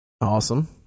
Awesome